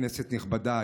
כנסת נכבדה,